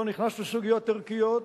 לא נכנס לסוגיות ערכיות.